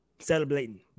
Celebrating